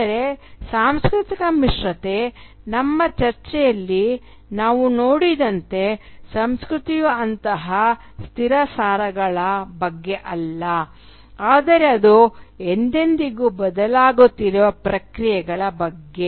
ಆದರೆ ಸಾಂಸ್ಕೃತಿಕ ಮಿಶ್ರತೆ ನಮ್ಮ ಚರ್ಚೆಯಲ್ಲಿ ನಾವು ನೋಡಿದಂತೆ ಸಂಸ್ಕೃತಿಯು ಅಂತಹ ಸ್ಥಿರ ಸಾರಗಳ ಬಗ್ಗೆ ಅಲ್ಲ ಆದರೆ ಅದು ಎಂದೆಂದಿಗೂ ಬದಲಾಗುತ್ತಿರುವ ಪ್ರಕ್ರಿಯೆಗಳ ಬಗ್ಗೆ